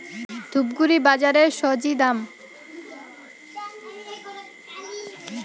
ধূপগুড়ি বাজারের স্বজি দাম?